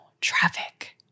traffic